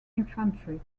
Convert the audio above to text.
infantry